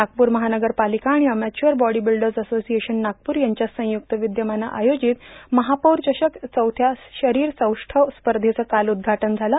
नागपूर महानगरपाालका आर्माण amateur body builders association Nagpur यांच्या संयुक्त विदयमानं आयोजित महापौर चषक चौथ्या शरोर सौष्ठव स्पधचं काल उद्घाटन झालं